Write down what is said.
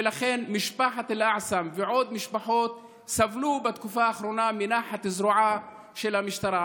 ומשפחת אלאעסם ועוד משפחות סבלו בתקופה האחרונה מנחת זרועה של המשטרה.